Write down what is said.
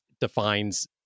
defines